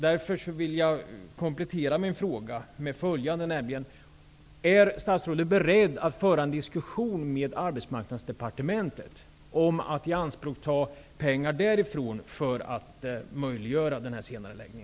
Därför vill jag komplettera min fråga med följande: Är statsrådet beredd att föra en diskussion med Arbetsmarknadsdepartementet om att ianspråkta pengar därifrån för att möjliggöra denna senareläggning?